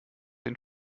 den